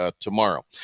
tomorrow